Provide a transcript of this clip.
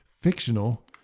fictional